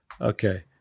Okay